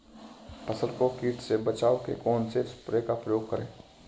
फसल को कीट से बचाव के कौनसे स्प्रे का प्रयोग करें?